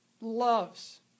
loves